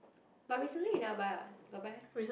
but recently you never buy what got buy